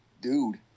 dude